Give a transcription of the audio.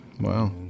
Wow